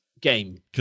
game